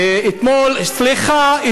ואתמול, סליחה.